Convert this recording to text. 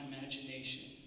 imagination